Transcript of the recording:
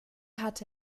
hatte